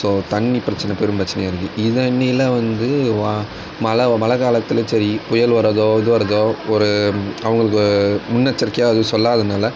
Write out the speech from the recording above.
so தண்ணி பிரச்சனை பெரும் பிரச்சனையாக இருக்குது இதை அன்னில வந்து வா மழை மழை காலத்தில் சரி புயல் வர்றதோ இது வர்றதோ ஒரு அவங்களுக்கு முன்னெச்சரிக்கையாக எதுவும் சொல்லாததினால